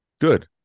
Good